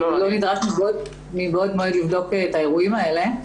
נדרשנו מבעוד מועד לבדוק את האירועים האלה.